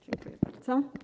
Dziękuję bardzo.